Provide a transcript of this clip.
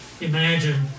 imagine